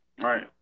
Right